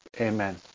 Amen